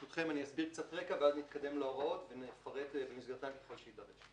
התשע"ח-2017, בדבר שליטה בכלי טיס.